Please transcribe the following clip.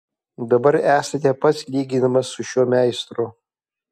dabar esate pats lyginamas su šiuo meistru